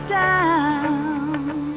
down